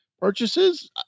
purchases